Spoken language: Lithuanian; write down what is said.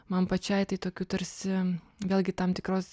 man pačiai tai tokių tarsi vėlgi tam tikros